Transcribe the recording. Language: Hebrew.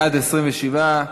בעד, 27,